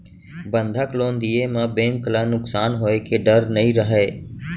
बंधक लोन दिये म बेंक ल नुकसान होए के डर नई रहय